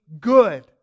good